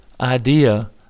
idea